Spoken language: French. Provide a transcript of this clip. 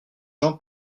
jean